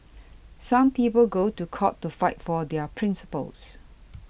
some people go to court to fight for their principles